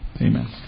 Amen